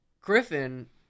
Griffin